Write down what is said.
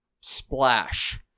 Splash